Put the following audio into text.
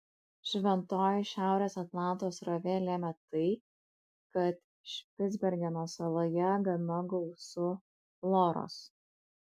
švelnioji šiaurės atlanto srovė lėmė tai kad špicbergeno saloje gana gausu floros